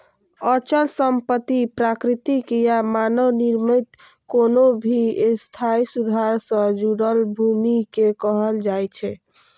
अचल संपत्ति प्राकृतिक या मानव निर्मित कोनो भी स्थायी सुधार सं जुड़ल भूमि कें कहल जाइ छै